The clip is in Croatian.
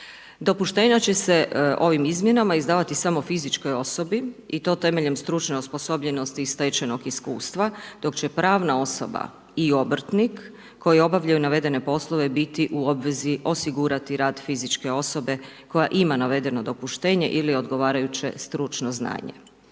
Dopuštenja će se ovim izmjenama izdavati samo fizičkoj osobi i to temeljem stručne osposobljenosti i stečenog iskustva, dok će pravna osoba i obrtnik, koje obavljaju navedene poslove, biti u obvezi osigurati rad fizičke osobe, koja ima navedeno dopuštenje ili odgovarajuće stručno znanje.